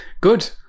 Good